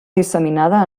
disseminada